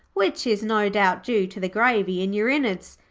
which is no doubt due to the gravy in your innards.